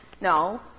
No